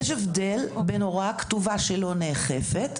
בין הוראה כתובה שלא נאכפת,